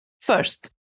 First